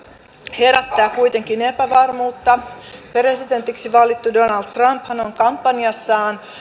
herättää kuitenkin epävarmuutta presidentiksi valittu donald trumphan on kampanjassaan